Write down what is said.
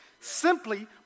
simply